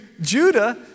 Judah